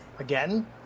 again